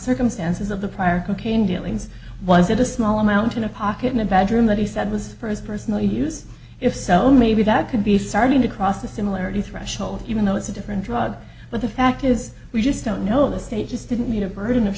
circumstances of the prior cocaine dealings was it a small amount in a pocket in a bedroom that he said was for his personal use if so maybe that could be starting to cross the similarity threshold even though it's a different drug but the fact is we just don't know the state just didn't meet of burden of